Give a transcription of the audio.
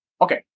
Okay